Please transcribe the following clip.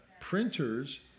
Printers